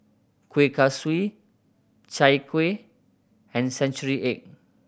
Kueh Kaswi Chai Kueh and century egg